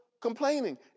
complaining